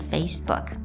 Facebook